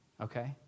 okay